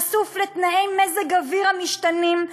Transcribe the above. חשוף לתנאי מזג האוויר המשתנים,